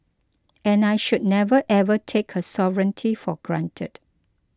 and I should never ever take her sovereignty for granted